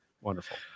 Wonderful